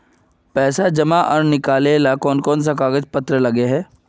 पैसा जमा आर निकाले ला कोन कोन सा कागज पत्र लगे है?